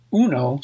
uno